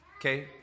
Okay